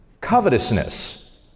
covetousness